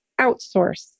outsource